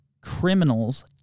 criminals